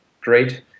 great